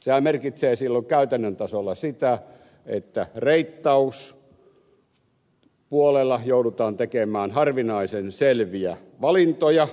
sehän merkitsee silloin käytännön tasolla sitä että reittauspuolella joudutaan tekemään harvinaisen selviä valintoja